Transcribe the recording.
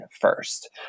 first